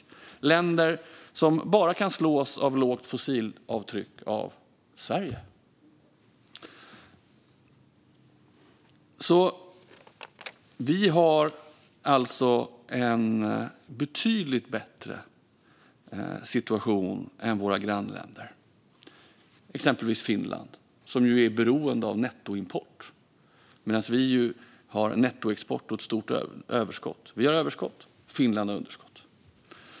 Det är länder som när det gäller lågt fossilavtryck bara kan slås av Sverige. Vi har alltså en betydligt bättre situation än våra grannländer, exempelvis Finland, som är beroende av nettoimport. Vi har nettoexport och ett stort överskott. Vi har överskott, och Finland har underskott.